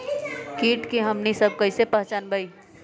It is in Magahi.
किट के हमनी सब कईसे पहचान बई?